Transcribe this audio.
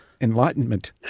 enlightenment